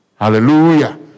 Hallelujah